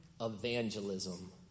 evangelism